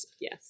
Yes